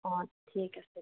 অঁ ঠিক আছে দিয়ক